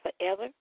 forever